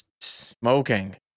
smoking